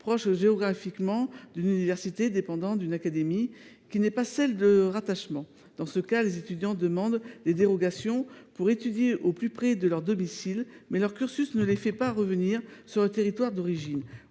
proches géographiquement d’une université dépendant d’une académie qui n’est pas celle de rattachement. Dans ce cas, les étudiants demandent des dérogations pour étudier au plus près de leur domicile, mais leur cursus ne les fait pas revenir sur leur territoire d’origine,